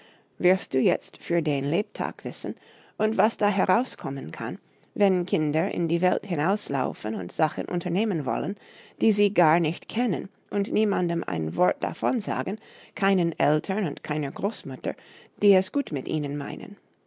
wirst du jetzt für dein lebtag wissen und was da herauskommen kann wenn kinder in die welt hinauslaufen und sachen unternehmen wollen die sie gar nicht kennen und niemandem ein wort davon sagen keinen eltern und keiner großmutter die es gut mit ihnen meinen